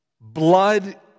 blood